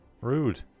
rude